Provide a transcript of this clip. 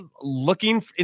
looking